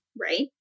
Right